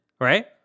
right